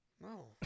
No